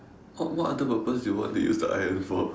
what what other purpose you want to use the iron for